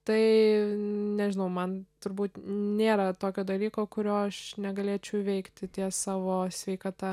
tai nežinau man turbūt nėra tokio dalyko kurio aš negalėčiau įveikti ties savo sveikata